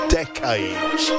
decades